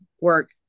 work